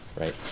right